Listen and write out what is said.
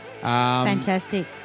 Fantastic